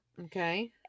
Okay